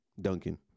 Duncan